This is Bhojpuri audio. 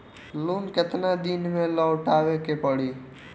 लोन केतना दिन में लौटावे के पड़ी?